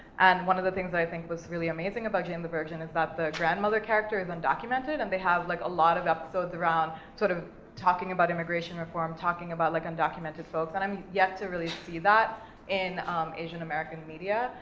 and one of the things that i think was really amazing about jane the virgin is that the grandmother character is undocumented and they have, like, a lot of episodes around sort of talking about immigration reform, talking about, like, undocumented folks, and i have um yet to really see that in asian american media,